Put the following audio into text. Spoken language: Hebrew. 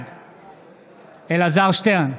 בעד אלעזר שטרן,